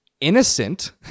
innocent